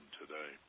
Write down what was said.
today